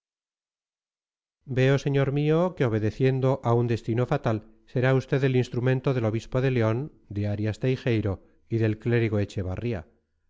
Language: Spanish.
veo señor mío que obedeciendo a un destino fatal será usted el instrumento del obispo de león de arias teijeiro y del clérigo echevarría